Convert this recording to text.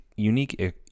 unique